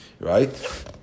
Right